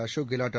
Ashok Gehlot